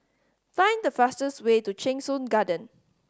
find the fastest way to Cheng Soon Garden